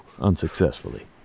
unsuccessfully